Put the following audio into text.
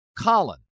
Colin